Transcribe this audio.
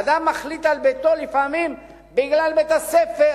אדם מחליט על ביתו לפעמים בגלל בית-הספר,